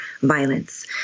violence